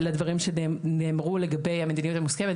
לדברים שנאמרו לגבי המדיניות המוסכמת,